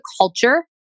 culture